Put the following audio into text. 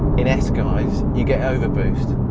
in s guise, you get overboost.